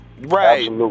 right